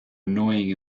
annoying